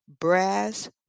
brass